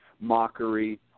mockery